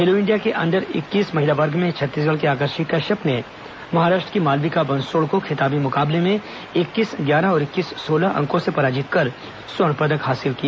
खेलो India के under इक्कीस महिला वर्ग में छत्तीसगढ़ की आकर्षि कश्यप ने महाराष्ट्र की मालविका बंसोड को खिताबी मुकाबले में इक्कीस ग्यारह और इक्कीस सोलह से पराजित कर स्वर्ण पदक हासिल किया